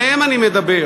עליהם אני מדבר.